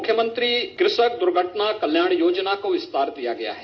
मुख्यमंत्री कृषक दुर्घटना कल्याण योजना को विस्तार दिया गया है